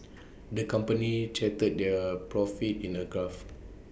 the company charted their profits in A graph